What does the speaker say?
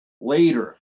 Later